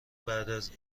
بعد